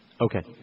Okay